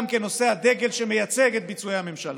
כנושא הדגל שמייצג את ביצועי הממשלה,